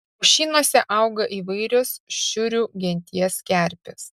pušynuose auga įvairios šiurių genties kerpės